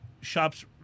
shops